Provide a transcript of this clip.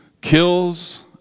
kills